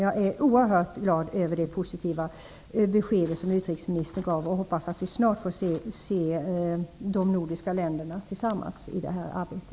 Jag är oerhört glad för det positiva besked som utrikesministern gav och hoppas att vi snart får se de nordiska länderna tillsammans i detta arbete.